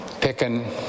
picking